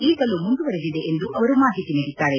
ಈಗಲೂ ಮುಂದುವರಿದಿದೆ ಎಂದು ಅವರು ಮಾಹಿತಿ ನೀಡಿದ್ದಾರೆ